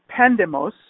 pandemos